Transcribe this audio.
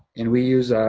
and we use,